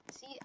See